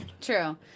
True